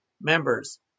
members